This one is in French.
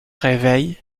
réveil